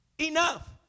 enough